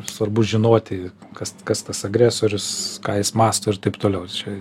svarbu žinoti kas kas tas agresorius ką jis mąsto ir taip toliau čia